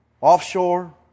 Offshore